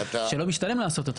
שלא משתלם לעשות אותו.